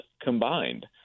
combined